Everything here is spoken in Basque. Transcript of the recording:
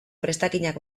prestakinak